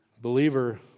Believer